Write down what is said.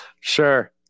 Sure